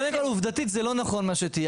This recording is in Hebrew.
קודם כל עובדתית זה לא נכון מה שתיארת.